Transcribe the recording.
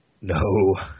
No